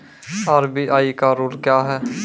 RBI का rule क्या हैं?